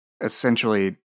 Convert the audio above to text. essentially